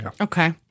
Okay